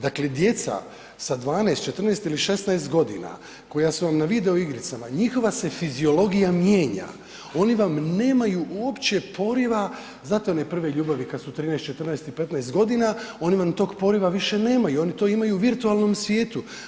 Dakle, djeca sa 12, 14 ili 16 godina koja su vam na video igricama njihova se fiziologija mijenja, oni vam nemaju uopće poriva, znate one prve ljubavi kad su 13, 14 i 15 godina, oni vam tog poriva više nemaju oni to imaju u virtualnom svijetu.